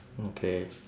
okay